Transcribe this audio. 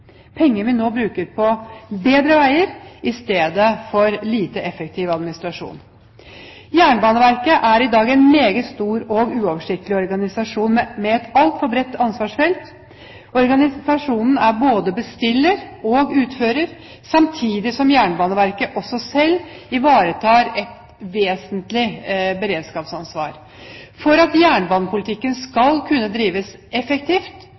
penger vi nå bruker på bedre veier i stedet for på en lite effektiv administrasjon. Jernbaneverket er i dag en meget stor og uoversiktlig organisasjon med et altfor bredt ansvarsfelt. Organisasjonen er både bestiller og utfører, samtidig som Jernbaneverket også selv ivaretar et vesentlig beredskapsansvar. For at jernbanepolitikken skal kunne drives effektivt